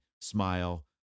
smile